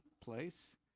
place